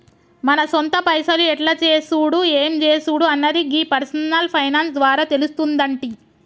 మన సొంత పైసలు ఎట్ల చేసుడు ఎం జేసుడు అన్నది గీ పర్సనల్ ఫైనాన్స్ ద్వారా తెలుస్తుందంటి